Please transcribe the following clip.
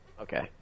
Okay